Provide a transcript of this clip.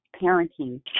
parenting